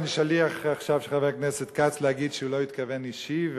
אני עכשיו שליח של חבר הכנסת כץ להגיד שהוא לא התכוון אישי,